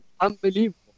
Unbelievable